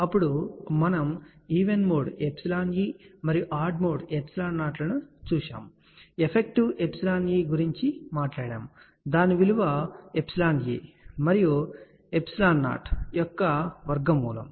అప్పుడు మనము even mode εe మరియు ఆడ్ మోడ్ ε0 లను చూశాము మరియు ఎఫెక్టివ్ εe గురించి మాట్లాడాము దాని విలువ εe మరియు ε0 యొక్క వర్గమూలం